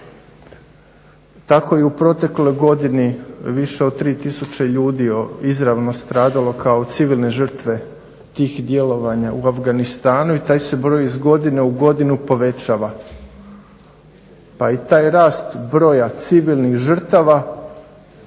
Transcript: Tako i u protekloj godini više od 3 tisuće ljudi je izravno stradalo kao civilne žrtve tih djelovanja u Afganistanu i taj se broj iz godine u godinu povećava. Pa i taj rast broja civilnih žrtava